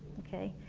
okay?